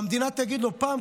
והמדינה תגיד לו: פעם,